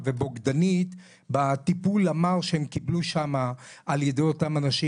ובוגדנית בטיפול המר שהם קיבלו שם על ידי אותם אנשים.